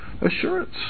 assurance